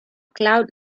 cloud